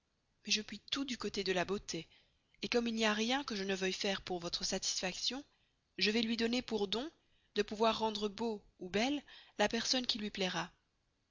je puis tout du costé de la beauté et comme il n'y a rien que je ne veüille faire pour vôtre satisfaction je vais luy donner pour don de pouvoir rendre beau ou belle la personne qui luy plaira